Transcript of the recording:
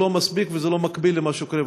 זה לא מספיק וזה לא מקביל למה שקורה,